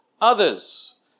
others